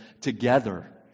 together